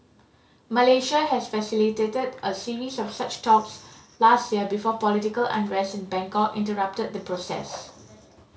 Malaysia has facilitated a series of such talks last year before political unrest in Bangkok interrupted the process